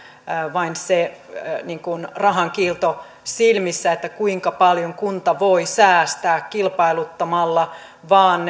vain se rahankiilto silmissä että kuinka paljon kunta voi säästää kilpailuttamalla vaan